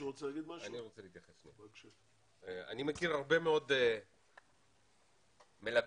אני מכיר הרבה מאוד מלגות